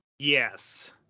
Yes